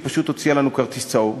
היא פשוט הוציאה לנו כרטיס צהוב,